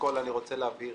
אני רוצה להבהיר